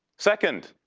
second,